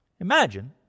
imagine